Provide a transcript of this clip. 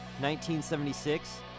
1976